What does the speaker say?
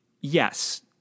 Yes